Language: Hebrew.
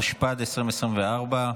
התשפ"ד 2024,